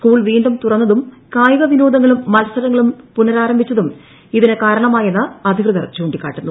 school വീണ്ടും തുറന്നതും കായിക വിനോദങ്ങളും മത്സരങ്ങളും പുനരാരംഭിച്ചതും ഇതിനു കാരണമായെന്ന് അധികൃതർ ചൂണ്ടിക്കാട്ടുന്നു